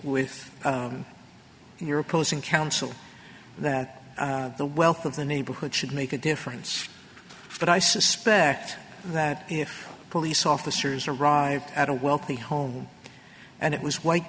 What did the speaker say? with your opposing counsel that the wealth of the neighborhood should make a difference but i suspect that if police officers arrived at a wealthy home and it was white